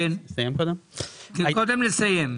קודם לסיים.